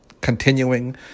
continuing